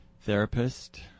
therapist